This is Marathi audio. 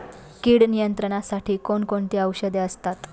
कीड नियंत्रणासाठी कोण कोणती औषधे असतात?